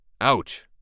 Ouch